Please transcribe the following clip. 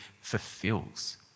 fulfills